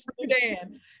Sudan